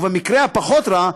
ובמקרה הפחות רע,